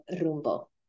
rumbo